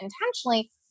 intentionally